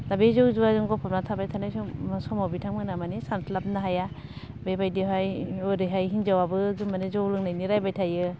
दा बे जौ जुवाजों गोफबना थाबाय थानाय सम समाव बिथांमोना मानि सानस्लाबनो हाया बेबादिहाय ओरैहाय हिन्जावाबो जौ लोंनायनि रायबाय थायो